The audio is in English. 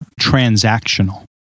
transactional